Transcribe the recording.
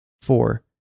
four